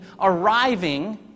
arriving